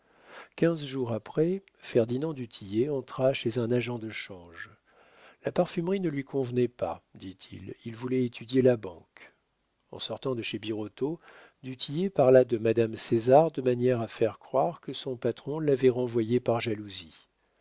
quinze jours après ferdinand du tillet entra chez un agent de change la parfumerie ne lui convenait pas dit-il il voulait étudier la banque en sortant de chez birotteau du tillet parla de madame césar de manière à faire croire que son patron l'avait renvoyé par jalousie